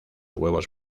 huevos